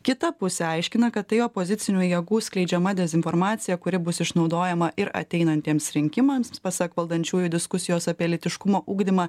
kita pusė aiškina kad tai opozicinių jėgų skleidžiama dezinformacija kuri bus išnaudojama ir ateinantiems rinkimams pasak valdančiųjų diskusijos apie lytiškumo ugdymą